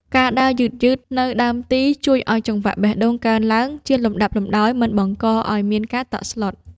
ការដើរយឺតៗនៅដើមទី ជួយឱ្យចង្វាក់បេះដូងកើនឡើងជាលំដាប់ដោយមិនបង្កឱ្យមានការតក់ស្លុត។